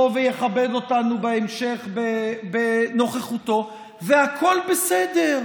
ויכבד אותנו בהמשך בנוכחותו והכול בסדר.